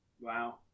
Wow